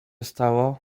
stało